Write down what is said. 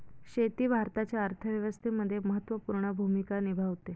शेती भारताच्या अर्थव्यवस्थेमध्ये महत्त्वपूर्ण भूमिका निभावते